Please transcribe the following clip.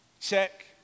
check